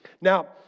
Now